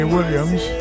Williams